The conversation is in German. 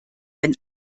wenn